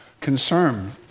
concern